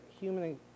human